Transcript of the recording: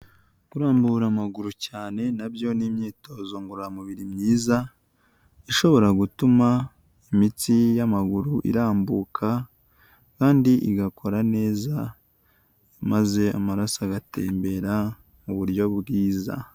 Kurambura amaguru cyane na byo ni imyitozo ngororamubiri myiza, ishobora gutuma imitsi y'amaguru irambuka kandi igakora neza, maze amaraso agatembera mu buryo bwiza.